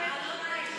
מעלות-תרשיחא.